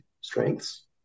strengths